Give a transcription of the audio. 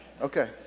Okay